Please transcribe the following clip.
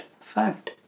fact